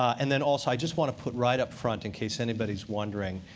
and then also, i just want to put right up front, in case anybody's wondering,